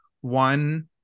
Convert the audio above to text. one-